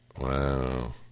Wow